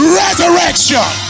resurrection